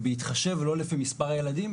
ובהתחשב לא לפי מספר הילדים,